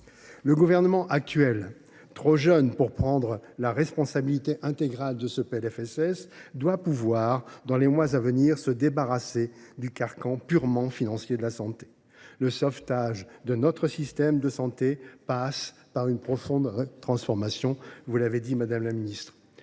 Le gouvernement actuel est trop récent pour que l’on puisse lui imputer la responsabilité intégrale de ce PLFSS, mais il doit pouvoir, dans les mois à venir, se débarrasser du carcan purement financier qui pèse sur la santé. Le sauvetage de notre système de santé passe par une profonde transformation, vous l’avez dit, madame la ministre.